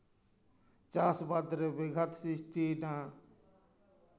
ᱪᱟᱥ ᱟᱵᱟᱫ ᱨᱮ ᱵᱮᱜᱷᱟᱛ ᱥᱨᱤᱥᱴᱤᱭᱮᱱᱟ